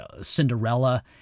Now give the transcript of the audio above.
Cinderella